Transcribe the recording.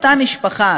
אותה משפחה,